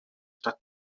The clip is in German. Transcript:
stadt